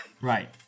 Right